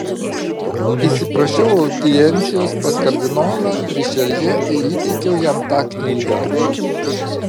įsiprašiau audiencijos pas kardinolą rišeljė ir įteikiau jam tą knygą